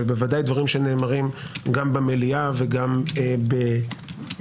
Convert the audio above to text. אבל בוודאי דברים שנאמרים גם במליאה וגם בבמות